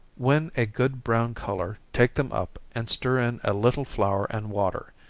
when a good brown color, take them up, and stir in a little flour and water,